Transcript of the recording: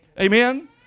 Amen